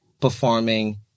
performing